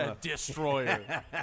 destroyer